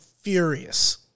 furious